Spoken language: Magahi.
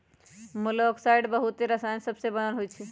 मोलॉक्साइड्स बहुते रसायन सबसे बनल होइ छइ